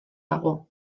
dago